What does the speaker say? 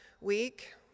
week